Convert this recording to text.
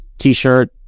t-shirt